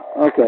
Okay